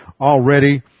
already